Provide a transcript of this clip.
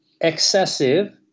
excessive